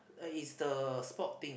uh it's the sport thing